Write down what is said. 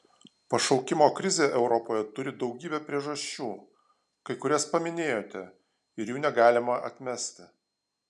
pašaukimo krizė europoje turi daugybę priežasčių kai kurias paminėjote ir jų negalima atmesti